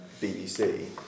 BBC